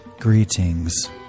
Greetings